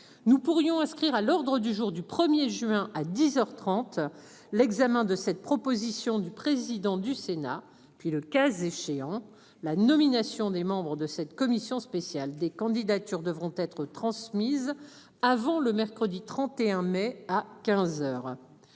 Nous pourrions inscrire à l'ordre du jour du 1er juin à 10h 30 l'examen de cette proposition du président du Sénat puis le cas échéant la nomination des membres de cette commission spéciale des candidatures devront être transmises avant le mercredi 31 mai à 15h.